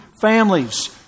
families